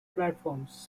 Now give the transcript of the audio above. platforms